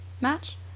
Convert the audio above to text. Match